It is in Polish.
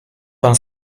pan